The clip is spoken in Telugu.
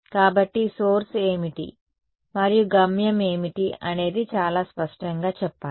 కాబట్టి సోర్స్ ఏమిటి మరియు గమ్యం ఏమిటి అనేది చాలా స్పష్టంగా చెప్పాలి